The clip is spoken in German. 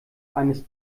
eines